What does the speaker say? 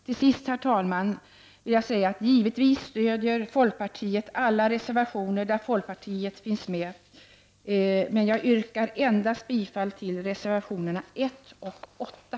Till sist, herr talman, vill jag säga att vi i folkpartiet givetvis stöder alla reservationer där folkpartiet finns med. Men jag yrkar bifall endast till reservationerna 1 och 8.